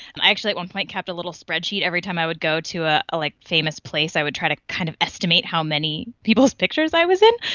and i actually at one point kept a little spreadsheet, every time i would go to a like famous place i would try and kind of estimate how many people's pictures i was in,